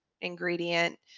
ingredient